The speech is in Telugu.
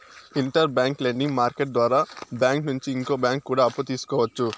ఇంటర్ బ్యాంక్ లెండింగ్ మార్కెట్టు ద్వారా బ్యాంకు నుంచి ఇంకో బ్యాంకు కూడా అప్పు తీసుకోవచ్చు